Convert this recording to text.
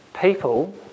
people